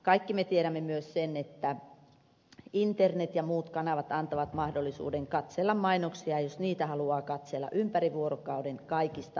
kaikki me tiedämme myös sen että internet ja muut kanavat antavat mahdollisuuden katsella mainoksia jos niitä haluaa katsella ympäri vuorokauden kaikista tietolähteistä